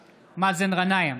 גנאים,